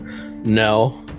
No